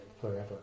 forever